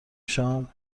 شام